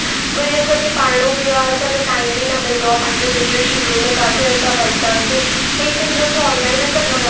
वरी असांखे पायणो बि आ असांखे टाइम बि न मिलंदो आहे पंहिंजे बिजी शेड्यूल में किथे असां भॼंदासीं इहो ई थींदो आहे की ऑनलाइन असां